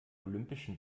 olympischen